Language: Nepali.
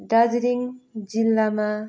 दार्जिलिङ जिल्लामा